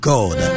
God